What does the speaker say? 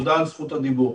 תודה על זכות הדיבור.